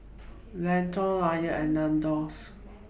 Lotte Lion and Nandos